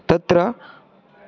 तत्र